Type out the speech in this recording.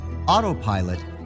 autopilot